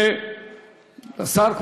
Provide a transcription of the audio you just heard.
ולשר,